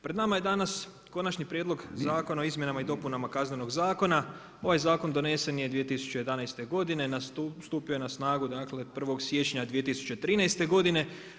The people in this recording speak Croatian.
Pred nama je danas Konačni prijedlog zakona o izmjenama i dopunama Kaznenog zakona, ovaj zakon donesen je 2011. godine, stupio je na snagu dakle, 1. siječnja 2013. godine.